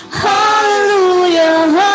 Hallelujah